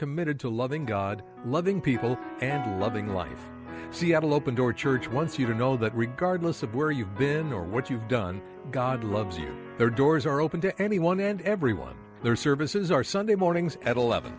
committed to loving god loving people and loving life seattle open door church once you know that regardless of where you've been or what you've done god loves you there doors are open to anyone and everyone their services are sunday mornings at eleven